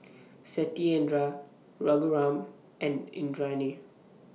Satyendra Raghuram and Indranee